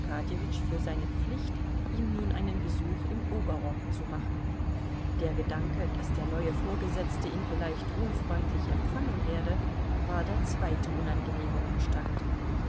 für seine pflicht ihm nun einen besuch im oberrock zu machen der gedanke daß der neue vorgesetzte ihn vielleicht unfreundlich empfangen werde war der zweite unangenehme umstand